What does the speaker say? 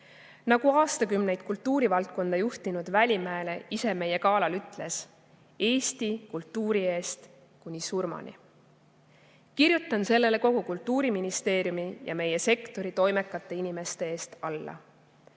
Nagu aastakümneid kultuurivaldkonda juhtinud Välimäe ise meie galal ütles: "Eesti kultuuri eest kuni surmani!" Kirjutan sellele kogu Kultuuriministeeriumi ja meie sektori toimekate inimeste nimel alla.